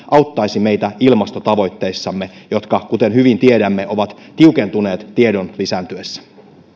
auttaisi meitä ilmastotavoitteissamme jotka kuten hyvin tiedämme ovat tiukentuneet tiedon lisääntyessä